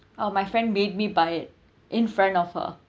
oh my friend made me buy it in front of her